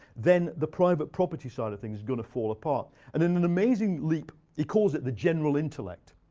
then the private property side of things is going to fall apart. and in an amazing leap he calls it the general intellect.